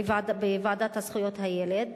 בוועדה לזכויות הילד,